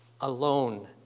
alone